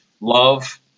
Love